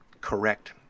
correct